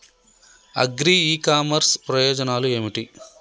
Agri e commerce ప్రయోజనాలు ఏమిటి?